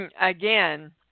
Again